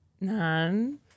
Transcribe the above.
None